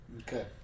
okay